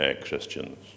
Christians